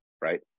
right